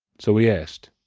so we asked.